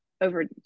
over